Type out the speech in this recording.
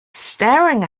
staring